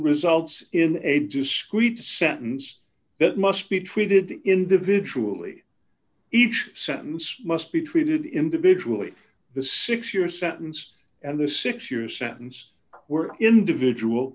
results in a discrete sentence that must be treated individually each sentence must be treated individually the six year sentence and the six year sentence were individual